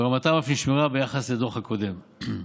ורמתם אף נשמרה ביחס לדוח הקודם.